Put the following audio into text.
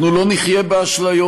אנחנו לא נחיה באשליות.